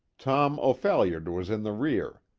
tom o'phalliard was in the rear.